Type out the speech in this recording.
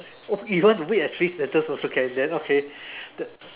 oh if you want a three sentence also can then okay